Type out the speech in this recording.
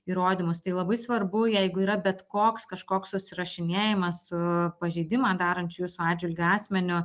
įrodymus tai labai svarbu jeigu yra bet koks kažkoks susirašinėjimas su pažeidimą darančiu jūsų atžvilgiu asmeniu